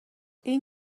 این